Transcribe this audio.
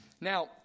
Now